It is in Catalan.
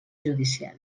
judicial